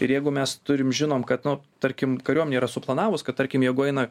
ir jeigu mes turim žinom kad nu tarkim kariuomenė yra suplanavus kad tarkim jeigu eina